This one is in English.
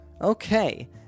Okay